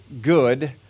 good